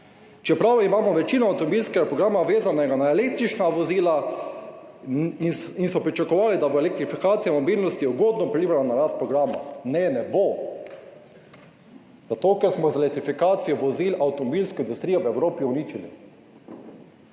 čeprav imamo večino avtomobilskega programa vezanega na električna vozila in so pričakovali, da bo elektrifikacija mobilnosti ugodno vplivala na rast programa. Ne, ne bo. Zato ker smo z elektrifikacijo vozil avtomobilsko industrijo v Evropi uničili.